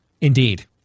Indeed